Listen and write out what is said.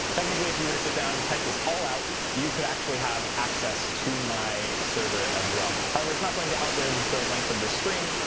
technically, if you were to sit down and type this all out, you could actually have access to my server as well. however, it's not going to outlive the length of the stream,